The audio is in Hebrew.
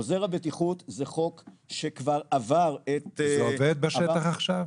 עוזר הבטיחות זה חוק שכבר עבר --- זה עובד בשטח עכשיו?